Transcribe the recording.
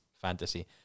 fantasy